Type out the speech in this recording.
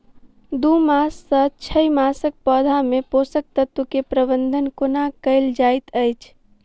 दू मास सँ छै मासक पौधा मे पोसक तत्त्व केँ प्रबंधन कोना कएल जाइत अछि?